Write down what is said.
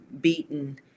beaten